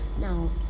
now